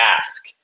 ask